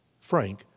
Frank